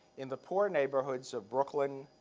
in the poor neighborhoods of brooklyn,